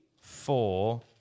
four